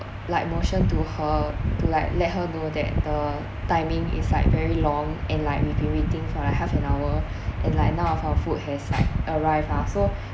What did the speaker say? like motion to her to like let her know that the timing is like very long and like we've been waiting for a half an hour and like now of our food has like arrived ah so